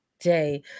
Day